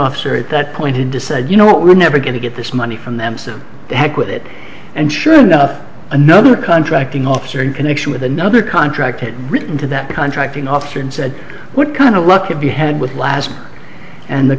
officer at that point he decided you know what we're never going to get this money from them so to heck with it and sure enough another contracting officer in connection with another contract had written to that contracting officer and said what kind of luck would be had with last and the